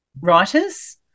Writers